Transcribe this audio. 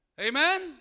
Amen